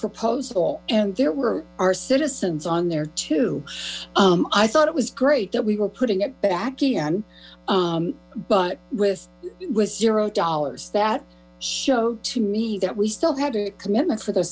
proposal and there were our citizens on there too i thought it was great that we were putting it back in but with zero dollars that showed to me that we still had a commitment for the